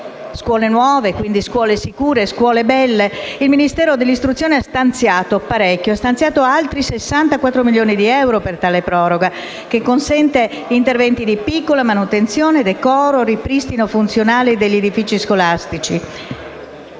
scuole nuove, scuole sicure, insomma scuole belle. Il Ministero dell'istruzione ha stanziato altri 64 milioni di euro per tale proroga, che consente interventi di piccola manutenzione, decoro e ripristino funzionale degli edifici scolastici.